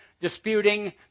disputing